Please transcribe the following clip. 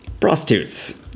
prostitutes